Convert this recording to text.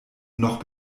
noch